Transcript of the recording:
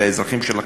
אלה אזרחים שלכם,